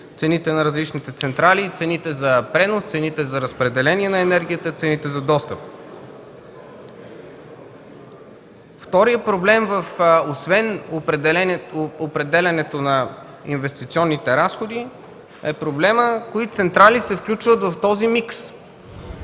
цените на различните централи, цените за пренос, цените за разпределение на енергията, цените за достъп. Вторият проблем, освен определянето на инвестиционните разходи, е проблемът кои централи се включват в този микс.